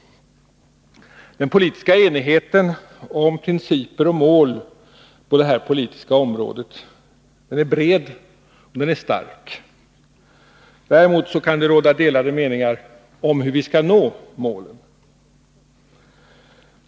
Den politiska enigheten om principer och mål när det gäller det arbetsmarknadspolitiska området är bred och stark. Däremot kan det råda delade meningar om hur vi skall nå målen.